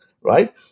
right